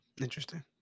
Interesting